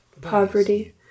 poverty